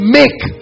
make